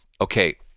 Okay